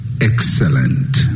excellent